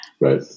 Right